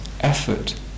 Effort